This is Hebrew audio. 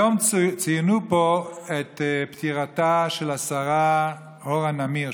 היום ציינו פה את פטירתה של השרה אורה נמיר,